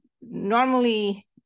normally